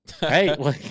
Hey